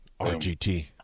RGT